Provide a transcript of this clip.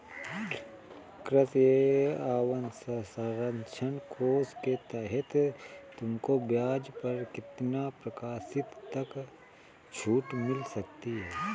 कृषि अवसरंचना कोष के तहत तुमको ब्याज पर तीन प्रतिशत तक छूट मिल सकती है